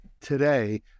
today